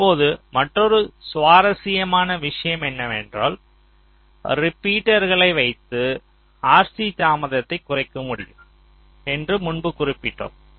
இப்போது மற்றொரு சுவாரஸ்யமான விஷயம் என்னவென்றால் ரிப்பீட்டர்களை வைத்து RC தாமதத்தை குறைக்க முடியும் என்று முன்பு குறிப்பிட்டோம்